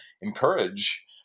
encourage